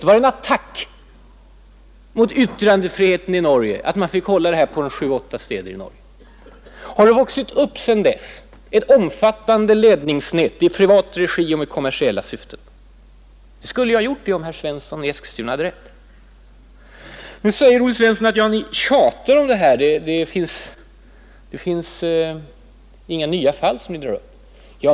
Var det ”en attack mot yttrandefriheten” i Norge att sändning tilläts i några städer i Norge? Har det sedan dess vuxit upp ett omfattande ledningsnät i privat regi och med kommersiella syften? Det skulle ha gjort det, om herr Svensson i Eskilstuna hade rätt. Herr Svensson säger att vi tjatar om detta och att vi inte drar upp några nya fall.